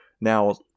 Now